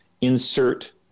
insert